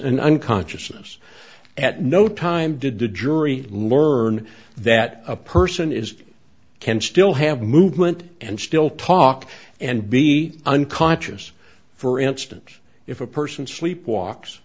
and unconsciousness at no time did the jury learn that a person is can still have movement and still talk and be unconscious for instance if a person sleep walks